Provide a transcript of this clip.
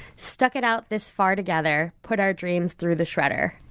stuck it out this far together. put our dreams through the shredder.